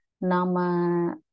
nama